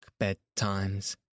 bedtimes